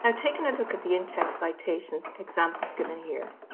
um taking a look at the in-text citations examples given here